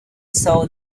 saw